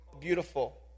beautiful